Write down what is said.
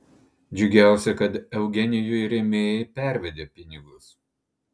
džiugiausia kad eugenijui rėmėjai pervedė pinigus